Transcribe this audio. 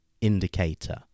indicator